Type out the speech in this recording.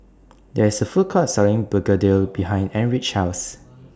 There IS A Food Court Selling Begedil behind Erich's House